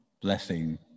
blessing